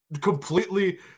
completely –